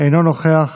אינו נוכח,